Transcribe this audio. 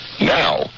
Now